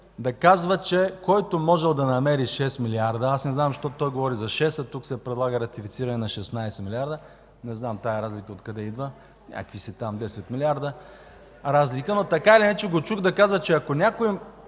да казва, че който можел да намери 6 милиарда – не знам защо той говори за шест, а тук се предлага ратифициране на 16 милиарда, не знам от къде идва тази разлика, някакви си там 10 милиарда разлика, но така или иначе го чух да казва, че ако някой